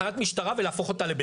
היום.